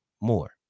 more